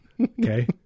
okay